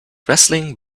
wrestling